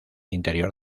interior